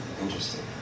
Interesting